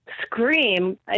scream